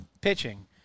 pitching